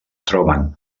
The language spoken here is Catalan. troben